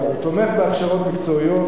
הוא תומך בהכשרות מקצועיות,